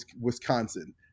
Wisconsin